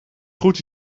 goed